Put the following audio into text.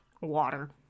water